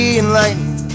enlightened